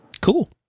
Cool